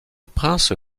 prince